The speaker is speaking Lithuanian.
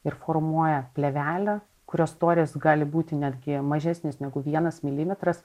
ir formuoja plėvelę kurios storis gali būti netgi mažesnis negu vienas milimetras